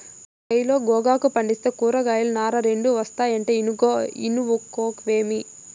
మన కయిలో గోగాకు పంటేస్తే కూరాకులు, నార రెండూ ఒస్తాయంటే ఇనుకోవేమి